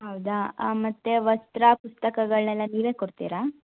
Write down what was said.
ಹೌದ ಮತ್ತೆ ವಸ್ತ್ರ ಪುಸ್ತಕಗಳನ್ನೆಲ್ಲ ನೀವೇ ಕೊಡ್ತೀರಾ